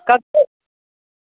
कब से